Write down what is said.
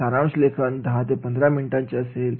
सारांश लेखन 10 ते 15 मिनिटांची असेल